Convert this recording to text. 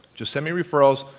just send me referrals,